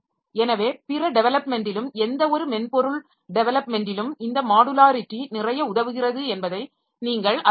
எனவே பிற டெவெலப்மென்டிலும் எந்தவொரு மென்பொருள் டெவெலப்மென்டிலும் இந்த மாடுலாரிட்டி நிறைய உதவுகிறது என்பதை நீங்கள் அறிவீர்கள்